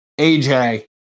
AJ